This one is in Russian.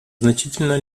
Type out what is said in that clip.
значительно